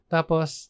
Tapos